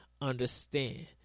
understand